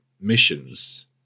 missions